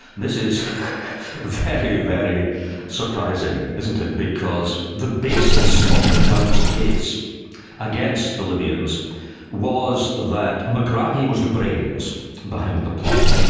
this is very, very surprising, isn't it, because the basis of the crown's case against the libyans was that megrahi was the brains behind the plot.